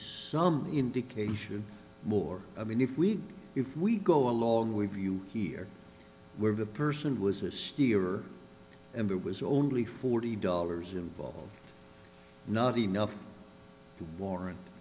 some indication more i mean if we if we go along with you here where the person was a steeler and it was only forty dollars involved not enough to warrant